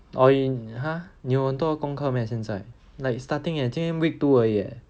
oh you 你有很多功课 meh 现在 like starting eh 今天 week two 而已 eh